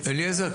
אליעזר,